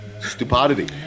Stupidity